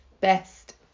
best